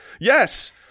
Yes